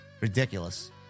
Ridiculous